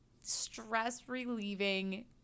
stress-relieving